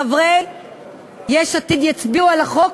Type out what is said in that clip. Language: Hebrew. חברי יש עתיד יצביעו על החוק,